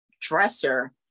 dresser